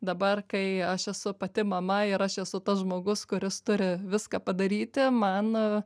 dabar kai aš esu pati mama ir aš esu tas žmogus kuris turi viską padaryti man